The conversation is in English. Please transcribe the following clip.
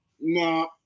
no